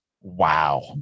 wow